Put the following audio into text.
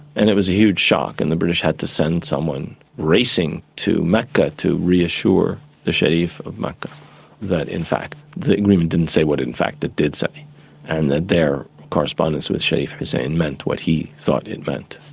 and it was a huge shock and the british had to send someone racing to mecca to reassure the sharif of mecca that in fact the agreement didn't say what in fact it did say and that their correspondence with sharif hussein meant what he thought it meant.